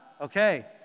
Okay